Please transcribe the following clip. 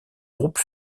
groupe